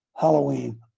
Halloween